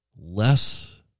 less